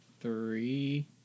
Three